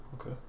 Okay